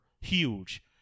huge